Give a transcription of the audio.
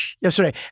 yesterday